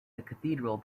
cathedral